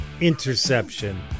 Interception